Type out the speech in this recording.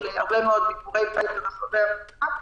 להרבה מאוד ביקורי בית ברחבי המדינה.